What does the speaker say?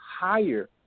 higher